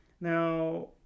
now